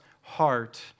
heart